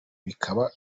bikaba